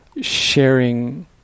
sharing